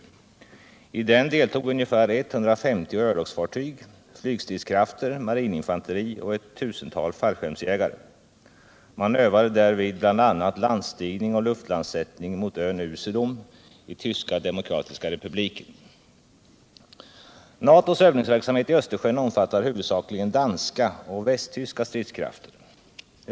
I den deltog ungefär 150 örlogsfartyg, flygstridskrafter, marininfanteri och ett tusental fallskärmsjägare. Man övade härvid bl.a. landstigning och luftlandsättning mot ön Usedom i Tyska demokratiska republiken. NATO:s övningsverksamhet i Östersjön omfattar huvudsakligen danska och västtyska stridskrafter.